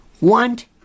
want